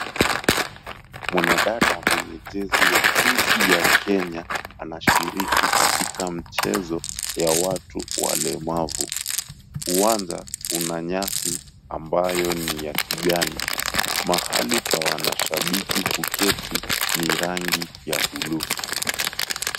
Mwanadada mwenye jezi nchi ya Kenya, anashiriki katika mchezo ya watu walemavu. Uwanja una nyasi ambayo ni ya kijani. Mahali pa wanashabiki kuketi, ni rangi ya bluu.